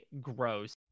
gross